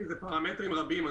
אלה פרמטרים רבים.